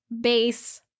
base